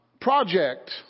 project